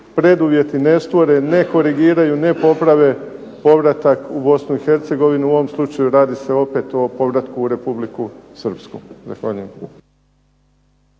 preduvjeti ne stvore, ne korigiraju ne poprave povratak u Bosnu i Hercegovinu u ovom slučaju radi se o povratku u Republiku Srpsku. Zahvaljujem.